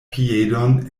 piedon